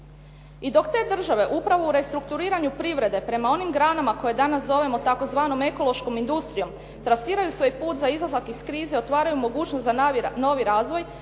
I dok te države upravo u restrukturiranju privrede prema onim granama koje danas zovemo tzv. ekološkom industrijom trasiraju svoj put za izlazak iz krize, otvaraju mogućnost za novi razvoj